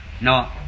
No